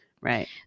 Right